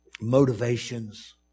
motivations